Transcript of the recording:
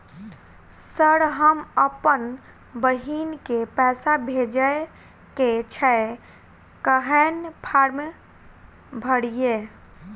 Sir हम अप्पन बहिन केँ पैसा भेजय केँ छै कहैन फार्म भरीय?